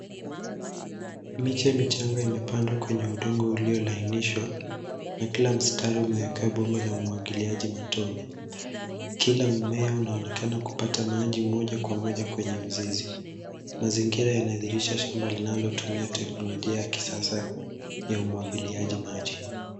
Miche midogo imepandwa kwenye udongo uliolainishwa na kila mstari umeekelewa bomba la umwagiliaji matone. Kila mmea unaonekana kupata maji moja kwa moja kwenye mzizi. Mazingira yanadhihirisha shamba linalotumia teknolojia ya kisasa ya umwagiliaji maji.